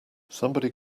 somebody